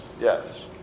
yes